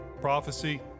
prophecy